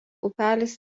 upelis